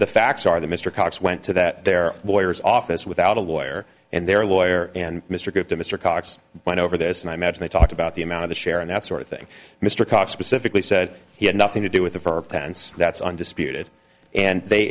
facts are that mr cox went to that their lawyers office without a lawyer and their lawyer and mr good to mr cox went over this and i imagine they talked about the amount of the share and that sort of thing mr cox specifically said he had nothing to do with her pants that's undisputed and they